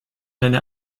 deine